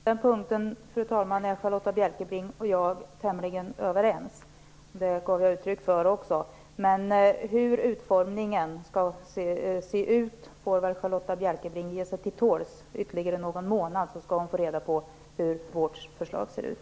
Fru talman! På den punkten är Charlotta Bjälkebring och jag tämligen överens, vilket jag också har gett uttryck för. Men när det gäller utformningen får Charlotta Bjälkebring ge sig till tåls ytterligare någon månad. Då skall hon få reda på hur vårt förslag ser ut.